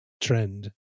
trend